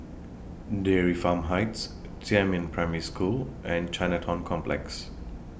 Dairy Farm Heights Jiemin Primary School and Chinatown Complex